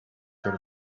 sort